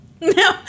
No